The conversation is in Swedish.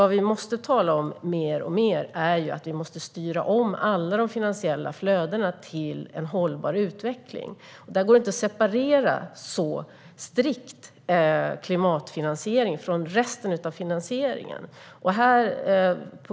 Vad vi måste tala mer och mer om är därför att styra om alla de finansiella flödena till en hållbar utveckling. Där går det inte att så strikt separera klimatfinansiering från resten av finansieringen.